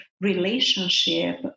relationship